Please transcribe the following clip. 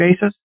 basis